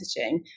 messaging